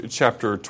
chapter